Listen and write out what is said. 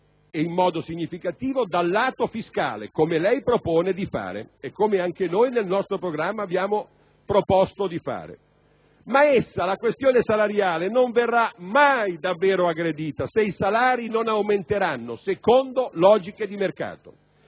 e in modo significativo dal lato fiscale, come lei propone di fare e come anche noi nel nostro programma abbiamo proposto di fare. Ma essa non verrà mai davvero aggredita se i salari non aumenteranno secondo logiche di mercato.